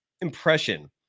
impression